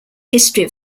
history